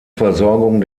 versorgung